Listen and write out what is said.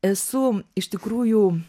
esu iš tikrųjų